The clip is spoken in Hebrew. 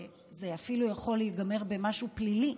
זה אפילו יכול להיגמר במשהו פלילי.